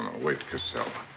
wait, caselle.